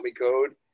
code